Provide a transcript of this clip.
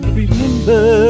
remember